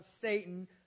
Satan